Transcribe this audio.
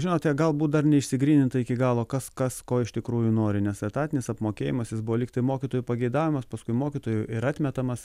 žinote galbūt dar neišsigryninta iki galo kas kas ko iš tikrųjų nori nes etatinis apmokėjimas jis buvo lygtai mokytojų pageidavimas paskui mokytojų ir atmetamas